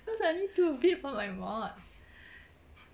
cause I need to bid for my mods